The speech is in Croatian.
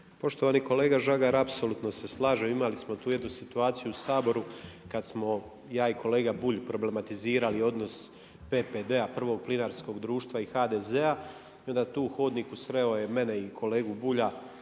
Poštovani kolega Žagar apsolutno se slažem, imali smo tu jednu situaciju u Saboru kad smo ja i kolega Bulj problematizirali odnos PPD-a, prvog plinarskog društva i HDZ-a i onda tu u hodniku je sreo mene i kolegu Bulja